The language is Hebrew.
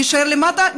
יישאר למטה.